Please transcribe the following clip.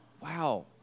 Wow